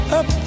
up